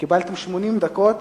קיבלתם 80 דקות